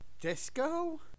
Disco